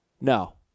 No